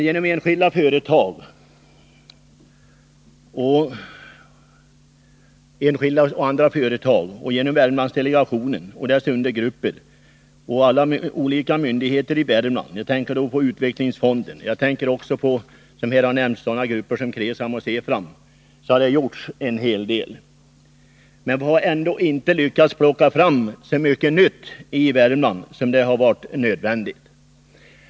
Genom enskilda och andra företag och genom Värmlandsdelegationen och dess undergrupper och olika myndigheter i Värmland — jag tänker på utvecklingsfonden och sådana grupper som KRESAM och Se-fram — har det gjorts en hel del, men vi har ändå inte lyckats plocka fram så mycket nytt i Värmland som hade varit nödvändigt.